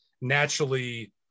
naturally